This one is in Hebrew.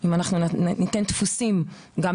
אם ניתן דפוסי חינוך נכונים,